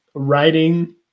writing